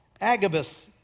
Agabus